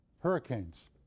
Hurricanes